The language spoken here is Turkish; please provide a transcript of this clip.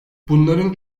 bunların